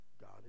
God